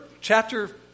chapter